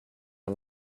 are